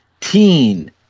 Teen